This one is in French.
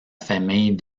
famille